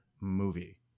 movie